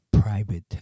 private